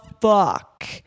fuck